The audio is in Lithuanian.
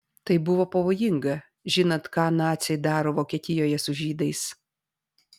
tai buvo pavojinga žinant ką naciai daro vokietijoje su žydais